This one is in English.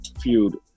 feud